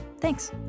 Thanks